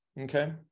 Okay